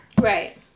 Right